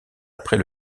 après